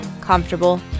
comfortable